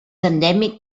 endèmic